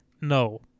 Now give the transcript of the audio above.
No